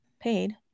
Paid